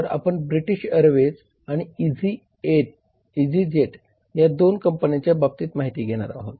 तर आपण British Airways आणि इझी जेट अशा दोन कंपन्यांच्या बाबतीत माहिती घेणार आहोत